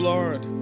Lord